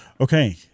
Okay